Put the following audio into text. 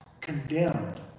condemned